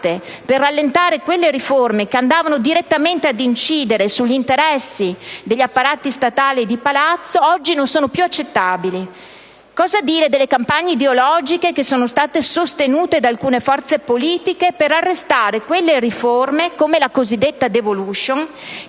per rallentare quelle riforme che andavano direttamente ad incidere sugli interessi degli apparati statali e di palazzo oggi non sono più accettabili. Cosa dire poi delle campagne ideologiche che sono state sostenute da alcune forze politiche per arrestare quelle riforme, come la cosiddetta *devolution*,